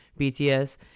BTS